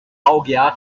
vga